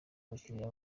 abakiliya